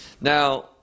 Now